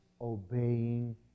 obeying